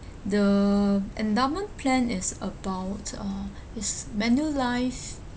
the endowment plan is about uh is manulife